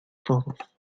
todos